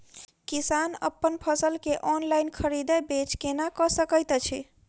किसान अप्पन फसल केँ ऑनलाइन खरीदै बेच केना कऽ सकैत अछि?